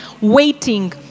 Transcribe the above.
waiting